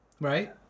right